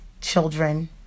children